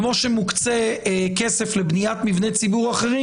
כמו שמוקצה כסף לבניית מבני ציבור אחרים,